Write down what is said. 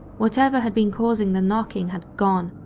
whatever had been causing the knocking had gone,